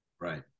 Right